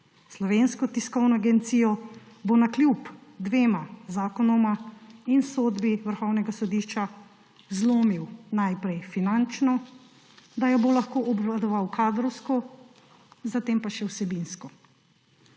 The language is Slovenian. Slovensko tiskovno agencijo bo navkljub dvema zakonoma in sodbi Vrhovnega sodišča zlomil najprej finančno, da jo bo lahko obvladoval kadrovsko, zatem pa še vsebinsko.